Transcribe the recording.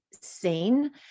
seen